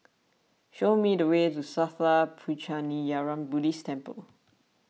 show me the way to Sattha Puchaniyaram Buddhist Temple